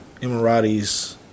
Emiratis